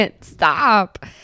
stop